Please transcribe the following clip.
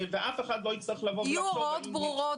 ואף אחד לא יצטרך --- יהיו הוראות ברורות